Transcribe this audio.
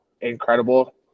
incredible